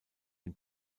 den